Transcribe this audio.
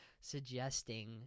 suggesting